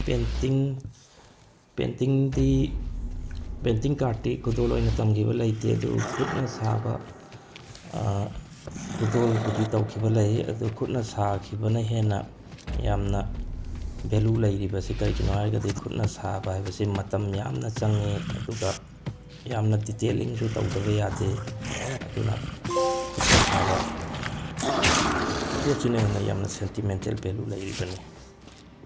painting ꯄꯦꯟꯇꯤꯡꯗꯤ painting ꯀꯥꯔꯠꯇꯤ ꯈꯨꯗꯣꯜ ꯑꯣꯏꯅ ꯇꯝꯈꯤꯕ ꯂꯩꯇꯦ ꯑꯗꯨ ꯈꯨꯠꯅ ꯁꯥꯕ ꯈꯨꯗꯣꯜꯕꯨꯗꯤ ꯇꯧꯈꯤꯕ ꯂꯩ ꯑꯗꯨ ꯈꯨꯠꯅ ꯁꯥꯈꯤꯕꯅ ꯍꯦꯟꯅ ꯌꯥꯝꯅ ꯚꯦꯂꯨ ꯂꯩꯔꯤꯕꯁꯤ ꯀꯔꯤꯒꯤꯅꯣ ꯍꯥꯏꯔꯒꯗꯤ ꯈꯨꯠꯅ ꯁꯥꯕ ꯍꯥꯏꯕꯁꯤ ꯃꯇꯝ ꯌꯥꯝꯅ ꯆꯪꯉꯤ ꯑꯗꯨꯒ ꯌꯥꯝꯅ ꯗꯤꯇꯦꯂꯤꯡꯁꯨ ꯇꯧꯗꯕ ꯌꯥꯗꯦ ꯑꯗꯨꯅ ꯈꯨꯠꯅ ꯁꯥꯕ ꯄꯣꯠꯁꯤꯅ ꯍꯦꯟꯅ ꯌꯥꯝꯅ ꯁꯦꯟꯇꯤꯃꯦꯟꯇꯦꯜ ꯚꯦꯂꯨ ꯂꯩꯔꯤꯕꯅꯤ